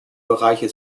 bereiche